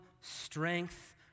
strength